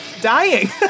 dying